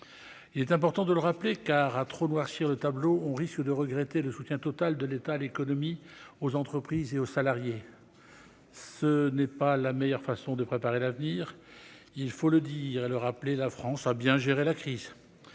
il est important de le rappeler, car, à trop noircir le tableau, on risque de regretter le soutien total de l'État à l'économie, aux entreprises et aux salariés. Or cela ne serait pas la meilleure façon de préparer l'avenir. Il faut le dire et le rappeler : la France a bien géré la crise